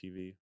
TV